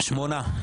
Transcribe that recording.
שמונה.